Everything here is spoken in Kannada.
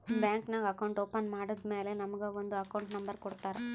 ಬ್ಯಾಂಕ್ ನಾಗ್ ಅಕೌಂಟ್ ಓಪನ್ ಮಾಡದ್ದ್ ಮ್ಯಾಲ ನಮುಗ ಒಂದ್ ಅಕೌಂಟ್ ನಂಬರ್ ಕೊಡ್ತಾರ್